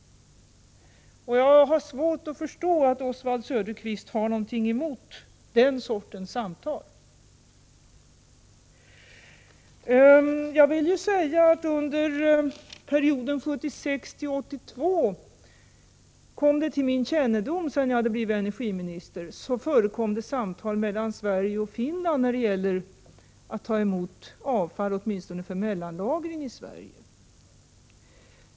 Jag har svårt att förstå att Oswald Söderqvist har någonting emot den sortens samtal. Jag vill också säga att det kom till min kännedom sedan jag blivit energiminister att det under perioden 1976-1982 förekom samtal mellan Sverige och Finland när det gäller att ta emot avfall åtminstone för mellanlagring i Sverige.